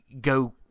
go